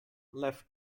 left